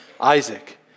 Isaac